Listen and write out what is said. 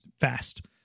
fast